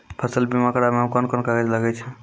फसल बीमा कराबै मे कौन कोन कागज लागै छै?